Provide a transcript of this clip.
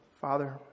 Father